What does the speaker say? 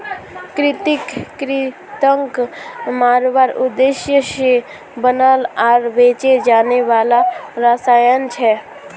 कृंतक कृन्तकक मारवार उद्देश्य से बनाल आर बेचे जाने वाला रसायन छे